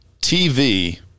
TV